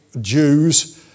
Jews